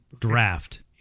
draft